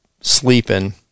sleeping